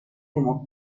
como